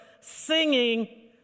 singing